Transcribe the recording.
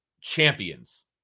champions